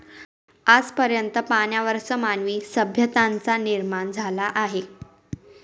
आज पर्यंत पाण्यावरच मानवी सभ्यतांचा निर्माण झाला आहे